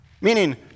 Meaning